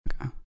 okay